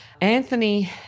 Anthony